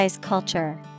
culture